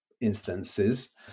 instances